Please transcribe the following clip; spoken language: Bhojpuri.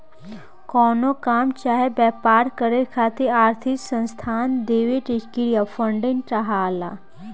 कवनो काम चाहे व्यापार करे खातिर आर्थिक संसाधन देवे के क्रिया फंडिंग कहलाला